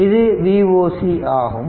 இது Voc ஆகும்